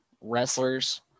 wrestlers